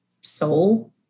soul